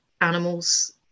animals